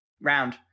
round